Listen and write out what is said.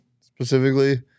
specifically